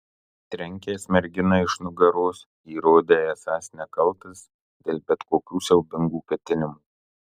trenkęs merginai iš nugaros įrodei esąs nekaltas dėl bet kokių siaubingų ketinimų